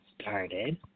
started